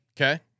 Okay